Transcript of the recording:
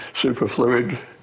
superfluid